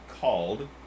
called